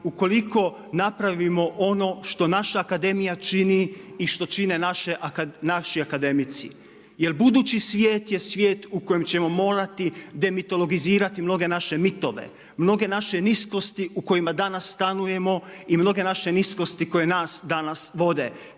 ukoliko napravimo ono što naša akademija čini i što čine naši akademici, jer budući svijet je svijet u kojem ćemo morati demitologizirati mnoge naše mitove, mnoge naše niskosti u kojima danas stanujemo i mnoge naše niskosti koje nas danas vode,